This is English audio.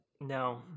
No